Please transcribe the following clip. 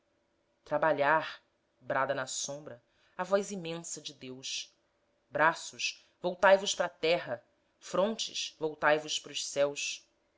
trabalhar brada na sombra a voz imensa de deus braços voltai vos pra terra frontes voltai vos pros céus